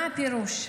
מה הפירוש?